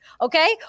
okay